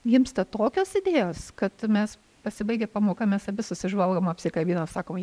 gimsta tokios idėjos kad mes pasibaigia pamoka mes abi susižvalgom apsikabinam sakom